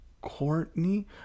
Courtney